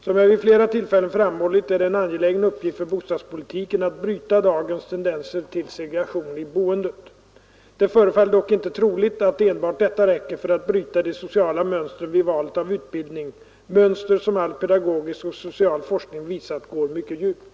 Som jag vid flera tillfällen framhållit är det en angelägen uppgift för bostadspolitiken att bryta dagens tendenser till segregation i boendet. Det förefaller dock inte troligt att enbart detta räcker för att bryta de sociala mönstren vid valet av utbildning, mönster som all pedagogisk och social forskning visat går mycket djupt.